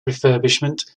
refurbishment